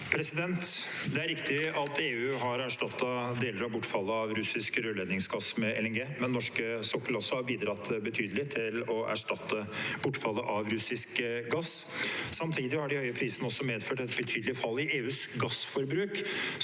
Det er riktig at EU har erstattet deler av bortfallet av russisk rørledningsgass med LNG, men norsk sokkel har også bidratt betydelig til å erstatte bortfallet av russisk gass. Samtidig har de høye prisene også medført et betydelig fall i EUs gassforbruk,